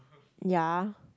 ya